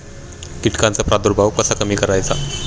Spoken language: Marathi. कीटकांचा प्रादुर्भाव कसा कमी करायचा?